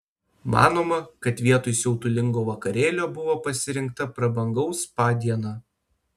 manoma kad vietoj siautulingo vakarėlio buvo pasirinkta prabangaus spa diena